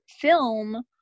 film